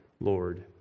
Lord